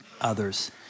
others